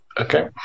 Okay